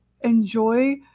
enjoy